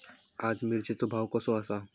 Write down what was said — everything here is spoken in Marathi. आज मिरचेचो भाव कसो आसा?